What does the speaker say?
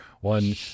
One